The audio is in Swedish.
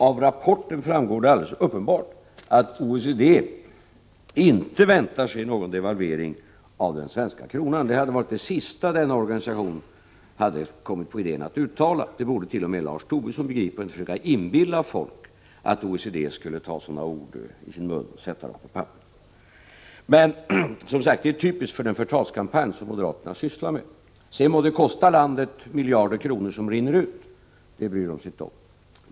Av rapporten framgår alldeles uppenbart att OECD inte väntar sig någon devalvering av den svenska kronan. Det vore det sista denna organisation kunde komma på idén att uttala. Det borde t.o.m. Lars Tobisson begripa i stället för att försöka inbilla folk att OECD vill ta sådana ord i sin mun. Men, som sagt, det är typiskt för den förtalskampanj som moderaterna sysslar med. Sedan må det kosta landet miljarder kronor, som rinner ut. Det bryr moderaterna sig inte om.